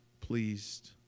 pleased